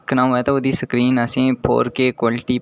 दिक्खना होऐ तां ओह्दी स्क्रीन असेंगी फौर के क्वलिटी